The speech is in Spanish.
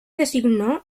designó